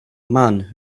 man